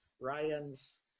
Ryan's